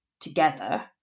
together